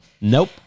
Nope